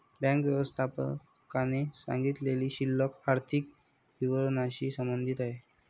bank व्यवस्थापकाने सांगितलेली शिल्लक आर्थिक विवरणाशी संबंधित आहे